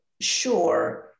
sure